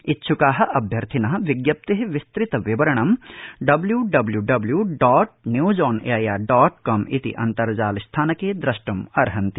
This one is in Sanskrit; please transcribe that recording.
इच्छ्काः अभ्यर्थिनः विज्ञप्रेः विस्तृत विवरणं W W W dot news on AIR dot com इति अन्तर्जाल स्थानके द्रष्टमर्हन्ति